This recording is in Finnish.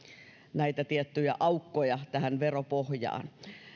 näitä tiettyjä aukkoja veropohjaan